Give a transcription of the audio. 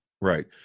Right